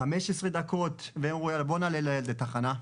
15 דקות, והם אמרו "יאללה בוא נעלה לאיזו תחנה".